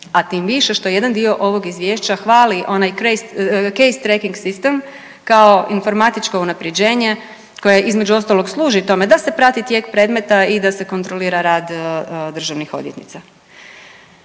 a tim više što jedan dio ovog izvješća hvali onaj keys tracking sistem kao informatičko unapređenje koje između ostalog služi tome da se prati tijek predmeta i da se kontrolira rad državnih odvjetnica.